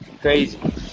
crazy